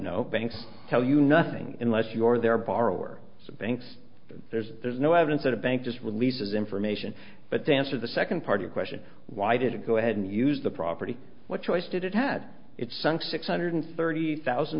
know banks tell you nothing unless your their borrower banks there's there's no evidence that a bank just releases information but to answer the second part or question why did it go ahead and use the property what choice did it had it sunk six hundred thirty thousand